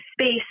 space